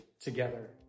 together